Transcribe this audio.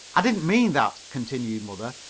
i didn't mean that, continued mother,